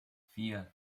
vier